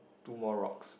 two more rocks